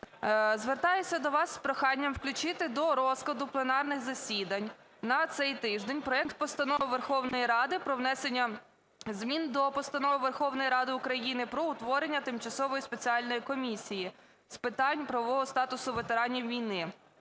Звертаюся до вас з проханням включити до розкладу пленарних засідань на цей тиждень проект Постанови Верховної Ради про внесення змін до Постанови Верховної Ради України "Про утворення Тимчасової спеціальної комісії з питань правового статусу ветеранів війни".